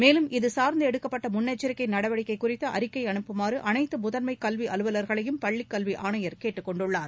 மேலும் இதுசார்ந்து எடுக்கப்பட்ட முன்ளெச்சரிக்கை நடவடிக்கை குறித்து அறிக்கை அனுப்புமாறு அனைத்து முதன்மை கல்வி அலுவலர்களையும் பள்ளிக் கல்வி ஆணையர் கேட்டுக் கொண்டுள்ளார்